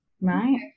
right